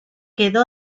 quedó